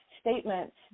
statements